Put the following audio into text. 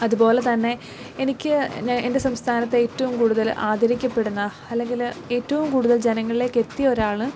അതുപോലെതന്നെ എനിക്ക് പിന്നെ എൻ്റെ സംസ്ഥാനത്ത് ഏറ്റവും കൂടുതൽ ആദരിക്കപ്പെടുന്ന അല്ലെങ്കിൽ ഏറ്റവും കൂടുതൽ ജനങ്ങളിലേക്കെത്തിയ ഒരാൾ